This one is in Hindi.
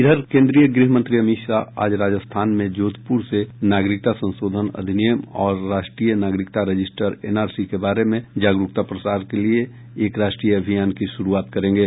इधर केन्द्रीय गृह मंत्री अमित शाह आज राजस्थान में जोधपुर से नागरिकता संशोधन अधिनियम और राष्ट्रीय नागरिकता रजिस्टर एनआरसी के बारे में जागरूकता प्रसार के लिए एक राष्ट्रीय अभियान की शुरूआत करेंगे